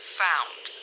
found